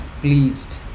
Pleased